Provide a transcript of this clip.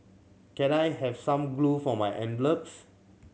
can I have some glue for my envelopes